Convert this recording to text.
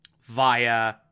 via